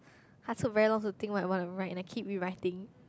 I took very long to think what I want to write then keep rewriting